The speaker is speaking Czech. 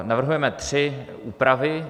Navrhujeme tři úpravy.